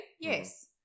yes